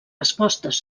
respostes